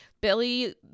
Billy